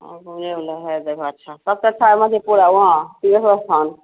और घूमने वाला है जगह अच्छा सबसे अच्छा है मधेपुरा वहाँ सिंहेस्वर स्थान